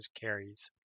carries